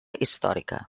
històrica